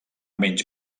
menys